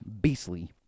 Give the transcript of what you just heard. Beastly